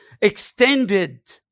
extended